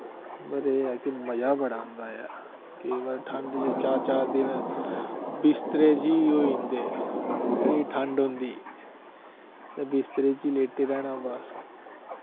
पर एह् ऐ कि मजा बड़ा आंदा ऐ केईं बारी ठंड च चार चार दिन बिस्तरे च ही होई जंदे छड़ी ठंड होंदी ते बिस्तरे च ही लेटे रैह्ना बस